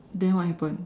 then what happened